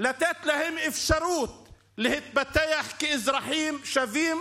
לתת להם אפשרות להתפתח כאזרחים שווים